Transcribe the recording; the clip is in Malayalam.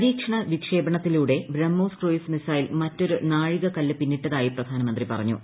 പരീക്ഷണ വിക്ഷേപണത്തിലൂടെ ബ്രഹ്മോസ് ക്രൂയിസ് മിസൈൽ മറ്റൊരു നാഴികക്കല്ലു പിന്നിട്ടതായി പ്രധാനമന്ത്രി പറഞ്ഞു